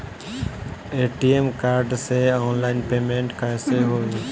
ATM card से online payment कैसे होई?